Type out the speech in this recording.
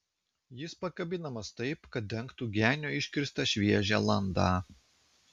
jis pakabinamas taip kad dengtų genio iškirstą šviežią landą